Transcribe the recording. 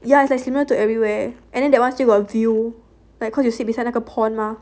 ya it's like similar to everywhere and then that one still got a view like cause you sit beside like a pond mah